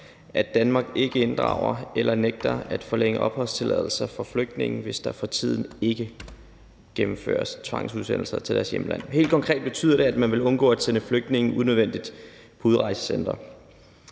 at Danmark ikke inddrager eller nægter at forlænge opholdstilladelser for flygtninge, hvis der for tiden ikke gennemføres tvangsudsendelser til deres hjemland. Helt konkret betyder det, at man vil undgå at sende flygtninge unødvendigt på udrejsecenter.